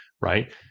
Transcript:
right